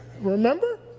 Remember